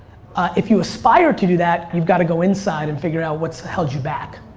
if you aspire to do that, you've gotta go inside and figure out what's held you back.